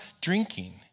drinking